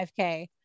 5k